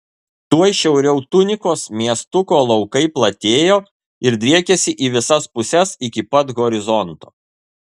tuoj šiauriau tunikos miestuko laukai platėjo ir driekėsi į visas puses iki pat horizonto